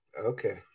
Okay